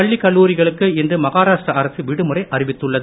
பள்ளி கல்லூரிகளுக்கு இன்று மகாராஷ்டிரா அரசு விடுமுறை அறிவித்துள்ளது